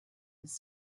his